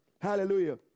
Hallelujah